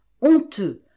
Honteux